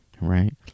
right